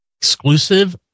exclusive